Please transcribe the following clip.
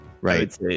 right